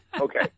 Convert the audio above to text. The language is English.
Okay